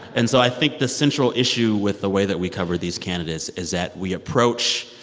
and so i think the central issue with the way that we cover these candidates is that we approach